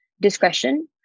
discretion